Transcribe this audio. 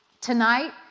tonight